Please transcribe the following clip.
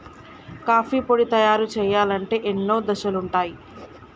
coffee పొడి తయారు చేయాలంటే ఎన్నో దశలుంటయ్